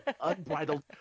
unbridled